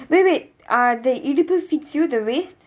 wait wait ah the இடுப்பு:iduppu fits you the waist